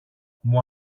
μου